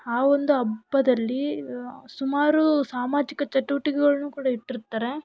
ಆ ಒಂದು ಹಬ್ಬದಲ್ಲಿ ಸುಮಾರು ಸಾಮಾಜಿಕ ಚಟುವಟಿಕೆಗಳನ್ನೂ ಕೂಡ ಇಟ್ಟಿರ್ತಾರೆ